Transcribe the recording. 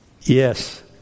Yes